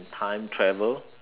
time travel